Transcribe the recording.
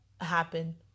happen